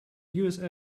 usa